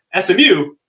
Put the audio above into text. SMU